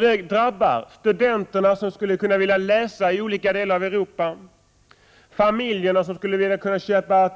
Det drabbar studenter som skulle vilja läsa i olika delar av Europa och familjer som skulle vilja köpa